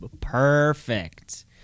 perfect